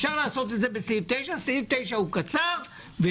אפשר לעשות את זה בסעיף 9. סעיף 9 קצר והחקיקה